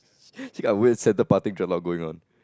she got wait centre parting dread lock going on